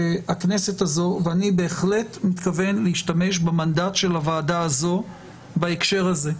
אני בהחלט מתכוון להשתמש במנדט של הוועדה הזאת בהקשר הזה.